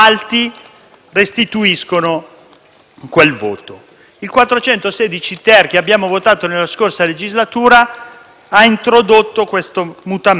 416-*ter* che abbiamo votato nella scorsa legislatura ha introdotto un mutamento importante,